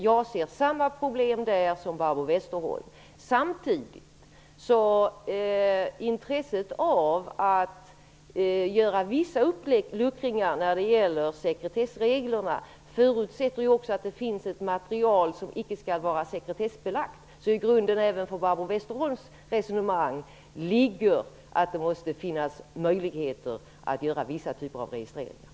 Jag ser samma problem där som Barbro Intresset av att göra vissa uppluckringar när det gäller sekretessreglerna förutsätter ju också att det finns ett material som icke skall vara sekretessbelagt. I grunden även för Barbro Westerholms resonemang ligger alltså att det måste finnas möjligheter att göra vissa typer av registreringar.